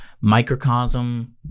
microcosm